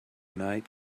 night